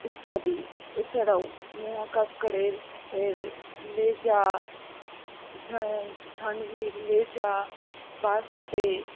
ইত্যাদি এছাড়াও নেহা কক্করের লে যা ধানভির লে যা বাস্তে